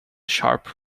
sharp